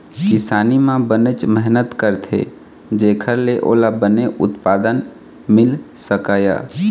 किसानी म बनेच मेहनत करथे जेखर ले ओला बने उत्पादन मिल सकय